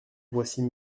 voici